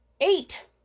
Eight